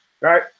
right